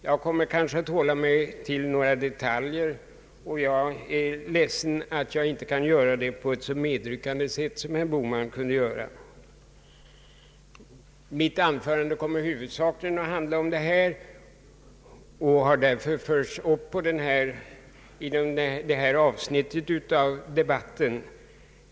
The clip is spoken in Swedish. Jag kommer kanske att hålla mig till några detaljer, och jag är ledsen Över att jag inte kan göra det på ett så medryckande sätt som herr Bohman kunde. Mitt anförande kommer huvudsakligen att handla om detta och har därför förts upp i det allmänpolitiska avsnittet av debatten.